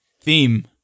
Theme